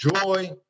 joy